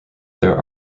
there